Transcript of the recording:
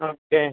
okay